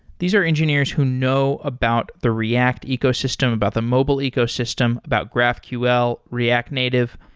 these are engineers who know about the react ecosystem, about the mobile ecosystem, about graphql, react native.